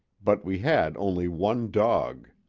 but we had only one dog.